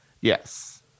Yes